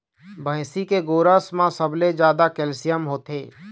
भइसी के गोरस म सबले जादा कैल्सियम होथे